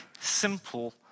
simple